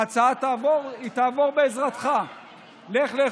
ההצעה תעבור, מוסי, אין פה אופוזיציה.